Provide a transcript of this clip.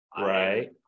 right